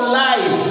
life